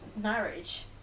marriage